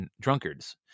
drunkards